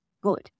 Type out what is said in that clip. good